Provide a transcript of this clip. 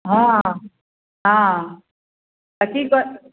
हँ हँ तऽ कि कहै